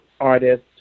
artist